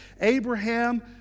Abraham